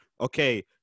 okay